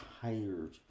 tired